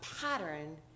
pattern